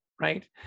right